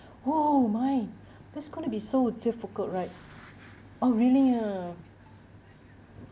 oh my that's going to be so difficult right oh really ah